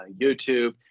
YouTube